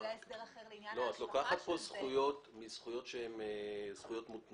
את לוקחת פה זכויות מזכויות מותנות.